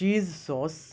چیز سوس